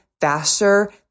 faster